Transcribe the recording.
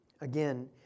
Again